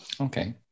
Okay